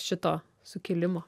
šito sukilimo